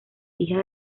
hija